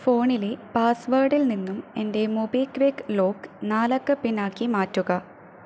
ഫോണിലെ പാസ്വേഡിൽനിന്നും എൻ്റെ മൊബിക്വിക്ക് ലോക്ക് നാലക്ക പിൻ ആക്കി മാറ്റുക